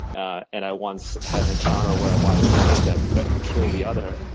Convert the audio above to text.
ah and i once had an encounter where i watched one of them threaten to kill the other.